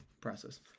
process